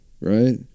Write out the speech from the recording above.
right